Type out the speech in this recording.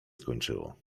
skończyło